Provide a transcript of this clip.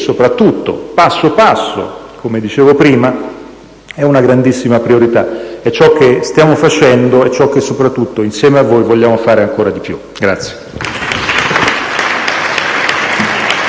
soprattutto passo passo, come dicevo prima, è una grandissima priorità; è ciò che stiamo facendo, è soprattutto ciò che insieme a voi vogliamo fare ancora di più.